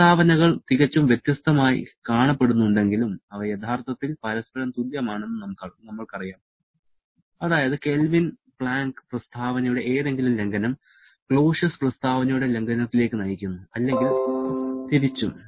പ്രസ്താവനകൾ തികച്ചും വ്യത്യസ്തമായി കാണപ്പെടുന്നുണ്ടെങ്കിലും അവ യഥാർത്ഥത്തിൽ പരസ്പരം തുല്യമാണെന്ന് നമ്മൾക്കറിയാം അതായത് കെൽവിൻ പ്ലാങ്ക് പ്രസ്താവനയുടെ ഏതെങ്കിലും ലംഘനം ക്ലോഷ്യസ് പ്രസ്താവനയുടെ ലംഘനത്തിലേക്ക് നയിക്കുന്നു അല്ലെങ്കിൽ തിരിച്ചും